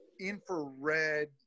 infrared